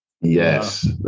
Yes